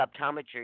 optometry